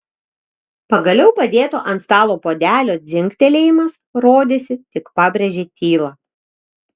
pagaliau padėto ant stalo puodelio dzingtelėjimas rodėsi tik pabrėžė tylą